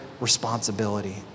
responsibility